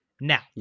Now